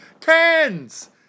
Cans